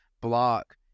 block